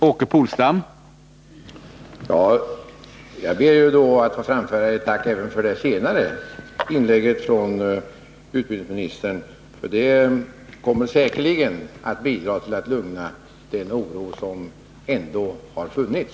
Herr talman! Jag ber då att få framföra ett tack även för det senaste inlägget från utbildningsministern, för det kommer säkerligen att bidra till att stilla den oro som ändå har funnits.